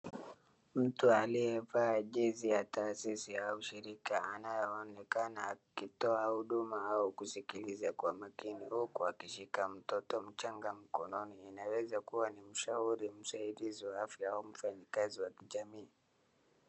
Mtu aliyevaa jezi ya taasisi au shirika anayeonekana akitoa huduma au kusikiliza kwa makini huku akishika mtoto mchanga mkononi, inaweza kuwa ni mshauri, msaidizi wa afya au mfanyikazi wa kijamii.